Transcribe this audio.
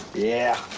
yeah.